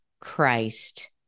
Christ